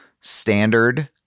standard